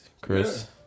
Chris